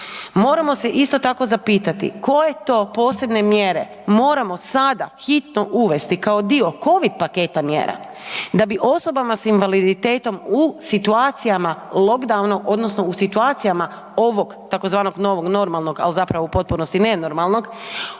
moramo se isto tako zapitati, koje to posebne mjere moramo sada hitno uvesti kao dio Covid paketa mjera da bi osobama s invaliditetom u situacijama lockdowna odnosno u situacijama ovog tzv. novog normalnog, ali zapravo u potpunosti nenormalnog,